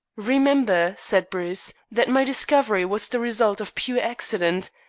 remember, said bruce, that my discovery was the result of pure accident.